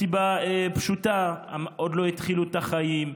מסיבה פשוטה: הם עוד לא התחילו את החיים,